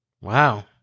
Wow